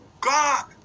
God